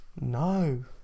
No